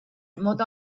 mota